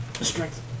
strength